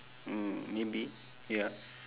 mm maybe ya